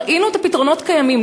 ראינו את הפתרונות קיימים.